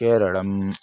केरळम्